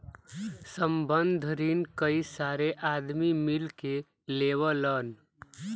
संबंद्ध रिन कई सारे आदमी मिल के लेवलन